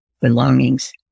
belongings